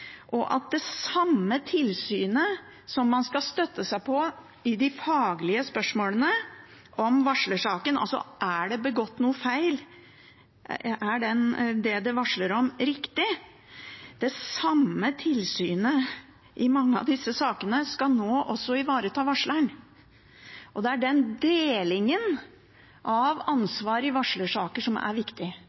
det samme tilsynet som man skal støtte seg på i de faglige spørsmålene om varslersaken – altså om det er begått noen feil, om det som det varsles om, er riktig – i mange av disse sakene nå også skal ivareta varsleren. Det er den delingen av ansvar i varslersaker som er viktig.